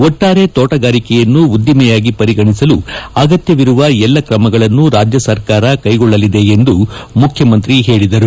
ಒಟ್ಟಾರೆ ತೋಟಗಾರಿಕೆಯನ್ನು ಉದ್ದಿಮೆಯಾಗಿ ಪರಿಗಣಿಸಲು ಅಗತ್ಯವಿರುವ ಎಲ್ಲ ಕ್ರಮಗಳನ್ನು ರಾಜ್ಯ ಸರ್ಕಾರ ಕೈಗೊಳ್ಳಲಿದೆ ಎಂದು ಮುಖ್ಯಮಂತ್ರಿಗಳು ಹೇಳಿದ್ದಾರೆ